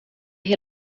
hier